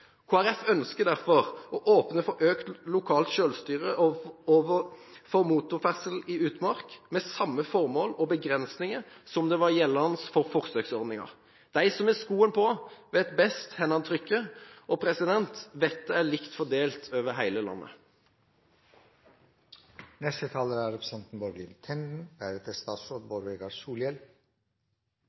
ønsker derfor å åpne for økt lokalt selvstyre for motorferdsel i utmark, med samme formål og begrensninger som var gjeldende for forsøksordningen. De som har skoen på, vet best hvor den trykker. Vettet er likt fordelt over hele landet. Det er